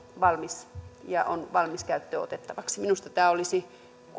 valmis ja se on valmis käyttöön otettavaksi minusta tämä olisi